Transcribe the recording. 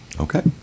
Okay